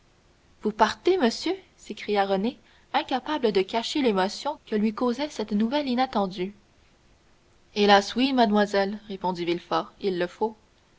vous partez monsieur s'écria renée incapable de cacher l'émotion que lui causait cette nouvelle inattendue hélas oui mademoiselle répondit villefort il le faut